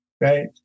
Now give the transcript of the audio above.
right